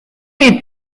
est